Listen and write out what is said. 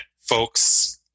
folks